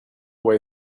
way